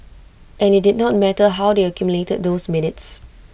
and IT did not matter how they accumulated those minutes